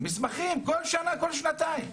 מסמכים כל שנה, כל שנתיים.